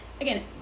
Again